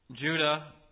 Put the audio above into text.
Judah